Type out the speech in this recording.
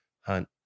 hunt